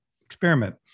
experiment